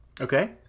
Okay